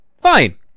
fine